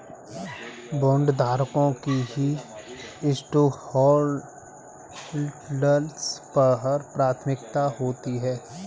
बॉन्डधारकों की स्टॉकहोल्डर्स पर प्राथमिकता होती है